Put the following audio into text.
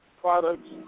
products